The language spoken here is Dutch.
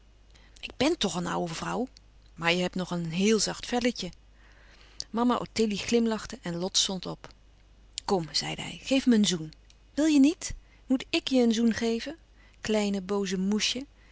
ik ben tch een oude vrouw maar je hebt nog een heel zacht velletje mama ottilie glimlachte en lot stond op kom zeide hij geef me een zoen wil je niet moetik je een zoen geven kleine booze moesje